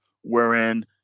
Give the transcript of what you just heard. wherein